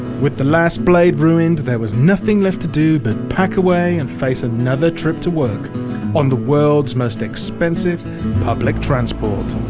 with the last blade ruined there was nothing left to do but pack away and face another trip to work on the world's most expensive public transport.